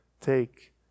take